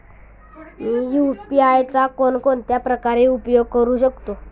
मी UPI चा कोणकोणत्या प्रकारे उपयोग करू शकतो?